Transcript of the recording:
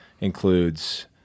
includes